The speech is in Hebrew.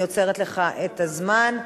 אני עוצרת לך את הזמן,